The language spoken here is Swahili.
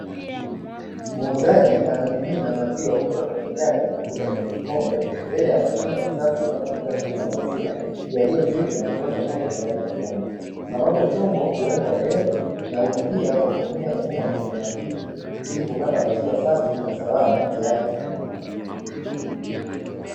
Muuzaji anamimina maziwa kutoka kwenye jagi na kuweka kwenye kikombe, mbele ya mashine ya kisasa inayotumika kuuza maziwa yaliyochujwa na kupashwa moto tayari kwa kunywa. Ambapo chombo huwekwa mbele na hulipia kwa kutumia mfumo wa kiautomatiki, ili kupata maziwa safi na salama, tayari kwa kunywa.